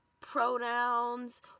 pronouns